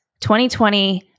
2020